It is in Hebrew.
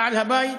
בעל הבית